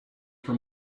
for